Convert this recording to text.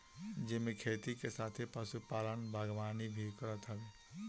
जेमे खेती के साथे पशुपालन, बागवानी भी करत हवे